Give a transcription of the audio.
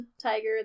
tiger